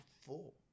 full